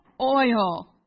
oil